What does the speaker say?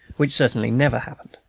which certainly never happened.